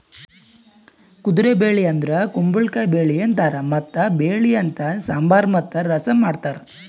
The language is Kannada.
ಕುದುರೆ ಬೆಳಿ ಅಂದುರ್ ಕುಂಬಳಕಾಯಿ ಬೆಳಿ ಅಂತಾರ್ ಮತ್ತ ಬೆಳಿ ಲಿಂತ್ ಸಾಂಬಾರ್ ಮತ್ತ ರಸಂ ಮಾಡ್ತಾರ್